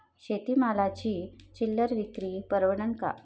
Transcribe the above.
शेती मालाची चिल्लर विक्री परवडन का?